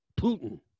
Putin